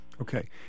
Okay